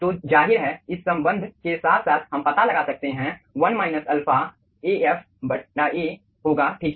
तो जाहिर है इस संबंध के साथ साथ हम पता लगा सकते हैं 1 माइनस अल्फा Af A होगा ठीक है